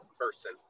person